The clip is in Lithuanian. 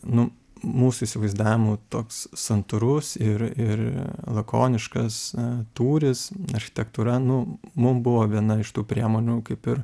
nu mūsų įsivaizdavimu toks santūrus ir ir lakoniškas na tūris architektūra nu mum buvo viena iš tų priemonių kaip ir